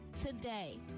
today